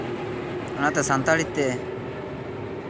ᱚᱱᱟᱛᱮ ᱥᱟᱱᱛᱟᱲᱤ ᱛᱮ